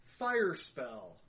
Firespell